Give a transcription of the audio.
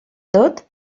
tot